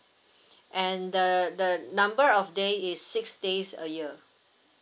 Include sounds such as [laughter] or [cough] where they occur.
[breath] and the the number of day is six days a year